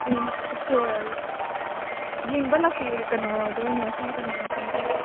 ꯌꯦꯡꯕ ꯂꯥꯛꯄꯤꯔꯤ ꯀꯩꯅꯣꯗ ꯑꯣꯏꯅ ꯁꯣꯝ ꯅꯥꯀꯟꯗ ꯑꯣꯏꯅ ꯆꯪꯕꯤꯔꯛꯑꯣ